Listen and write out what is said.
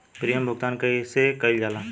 Premium भुगतान कइसे कइल जाला?